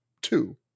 two